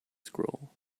scroll